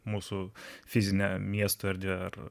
mūsų fizinę miesto erdvę ar